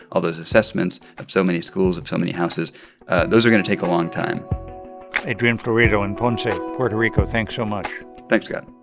all those assessments of so many schools, of so many houses those are going to take a long time adrian florido in ponce, puerto rico. thanks so much thanks, scott